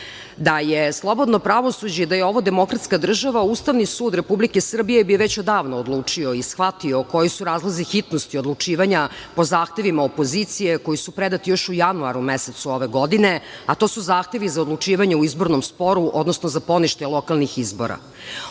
i slobodno pravosuđe. Da je ovo demokratska država, Ustavni sud Republike Srbije bi već odavno odlučio i shvatio koji su razlozi hitnosti odlučivanja po zahtevima opozicije koji su predati još u januaru mesecu ove godine, a to su zahtevi za odlučivanje u izbornom sporu, odnosno za poništaj lokalnih izbora.